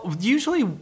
usually